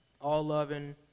all-loving